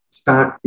start